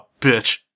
bitch